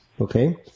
okay